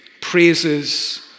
praises